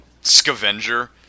Scavenger